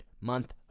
month